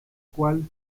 cual